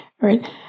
Right